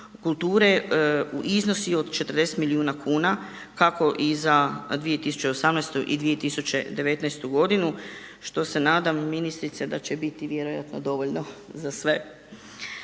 kulture u iznosu od 40 milijuna kuna kako i za 2018. i 2019. godinu što se nadam ministrice da će biti vjerojatno dovoljno za sve.